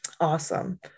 Awesome